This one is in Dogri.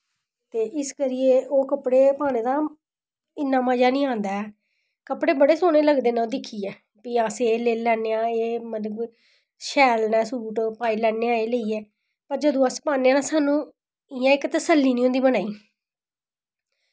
ते इस करियै ओह् कपड़े पाने दा इन्ना मज़ा निं आंदा ऐ कपड़े बड़े सोह्ने लगदे न दिक्खियै फ्ही अस एह् लेई लैन्ने आं एह् मतलब शैल नै सूट पाई लैन्ने आं लेइयै ते जदूं अस पान्ने ना सानूं इ'यां इक्क तसल्ली निं होंदी मनां गी